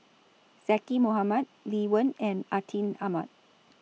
Zaqy Mohamad Lee Wen and Atin Amat